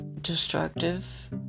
destructive